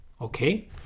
Okay